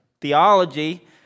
theology